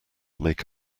make